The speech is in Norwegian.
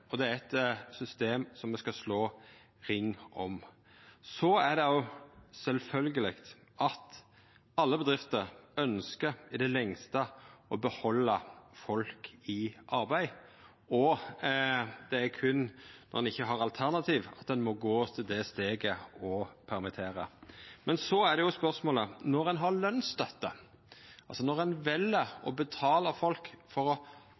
og det er eit system som me skal slå ring om. Det er også sjølvsagt at alle bedrifter i det lengste ønskjer å behalda folk i arbeid. Det er berre når ein ikkje har alternativ at ein må gå til det steget å permittera. Når ein har lønsstøtte, vel ein å betala for å ha folk i jobb som ein